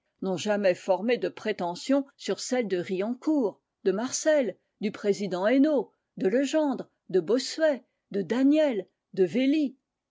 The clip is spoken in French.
n'ont jamais formé de prétention sur celles de riencourt de marcel du président hénault de le gendre de bossuet de daniel de velly